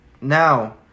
Now